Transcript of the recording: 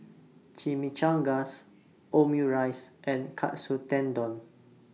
Chimichangas Omurice and Katsu Tendon